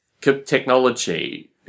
technology